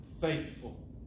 faithful